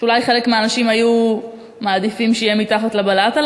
שאולי חלק מהאנשים היו מעדיפים שזה יהיה מתחת לבלטה,